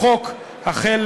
בחוק החל